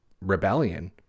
rebellion